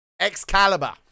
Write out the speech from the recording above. Excalibur